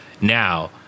Now